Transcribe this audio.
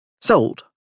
Sold